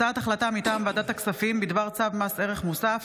החלטת ועדת הכספים בדבר צו מס ערך מוסף